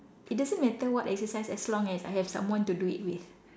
it doesn't matter what exercise as long as I have someone to do it with